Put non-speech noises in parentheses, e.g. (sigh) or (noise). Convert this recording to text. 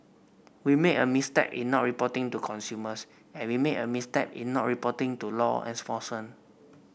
we made a misstep in not reporting to consumers and we made a misstep in not reporting to law (unintelligible)